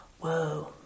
Whoa